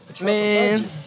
Man